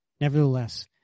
Nevertheless